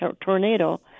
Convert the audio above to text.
tornado